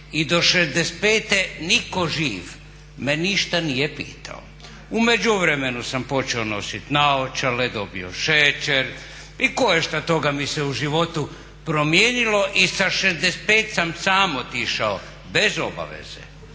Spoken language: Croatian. i do 65.nitko živ me ništa nije pitao. U međuvremenu sam počeo nositi naočale, dobio šećer i koješta toga mi se u životu promijenilo i sa 65.sam sam otišao bez obaveze,